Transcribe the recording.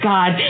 God